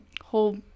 whole